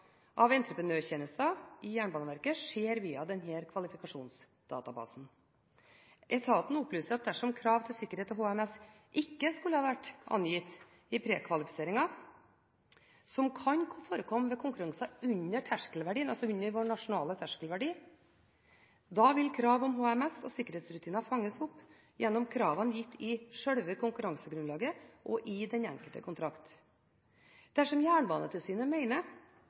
av entreprenørtjenester i Jernbaneverket skjer via denne kvalifikasjonsdatabasen. Etaten opplyser at dersom krav til sikkerhetsrutiner og HMS ikke har vært angitt i prekvalifiseringen – som kan forekomme ved konkurranser under nasjonal terskelverdi – vil krav til HMS og sikkerhetsrutiner fanges opp gjennom kravene gitt i sjølve konkurransegrunnlaget og i den enkelte kontrakt. Dersom Jernbanetilsynet